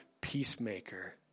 peacemaker